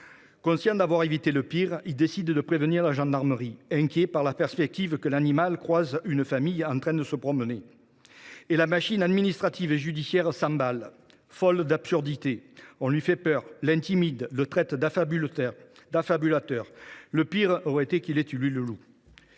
Conscient d’avoir évité le pire, Marc a décidé de prévenir la gendarmerie, car il s’inquiétait à la perspective que l’animal croise une famille en train de se promener. Et la machine administrative et judiciaire s’est emballée, folle d’absurdité. On lui fit peur, on l’intimida, on le traita d’affabulateur : le pire serait qu’il ait tué le loup